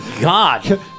God